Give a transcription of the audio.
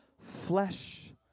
flesh